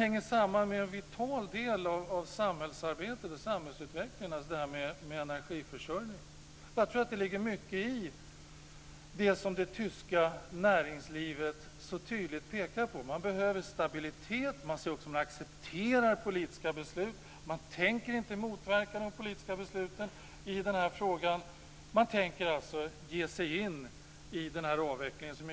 hänger samman med en vital del av samhällsarbetet och samhällsutvecklingen. Det ligger mycket i det som det tyska näringslivet så tydligt pekar på. Det behövs stabilitet. Man accepterar politiska beslut, och man tänker inte motverka de politiska besluten i frågan. Man ger sig in i avvecklingen.